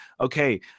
okay